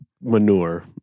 manure